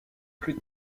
plus